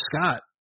Scott